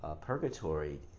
purgatory